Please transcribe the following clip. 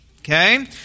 okay